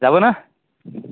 যাব না